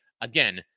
again